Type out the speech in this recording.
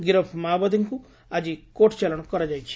ଗିରଫ ମାଓବାଦୀଙ୍କୁ ଆଜି କୋର୍ଟ ଚାଲାଶ କରାଯାଇଛି